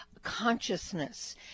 consciousness